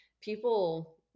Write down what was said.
people